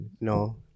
no